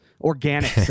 organic